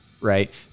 right